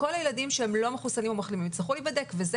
הילדים שהם לא מחוסנים או מחלימים יצטרכו להיבדק וזה